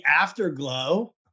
afterglow